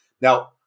Now